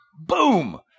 Boom